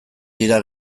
dira